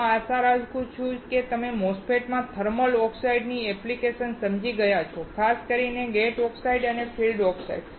હું આશા રાખું છું કે તમે MOSFET માં થર્મલ ઓક્સાઇડની એપ્લિકેશન સમજી ગયા છો ખાસ કરીને ગેટ ઓક્સાઇડ અને ફિલ્ડ ઓક્સાઇડ